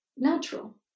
Natural